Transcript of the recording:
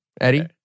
Eddie